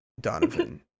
Donovan